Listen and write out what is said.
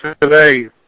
today